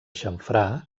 xamfrà